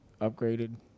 Upgraded